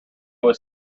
was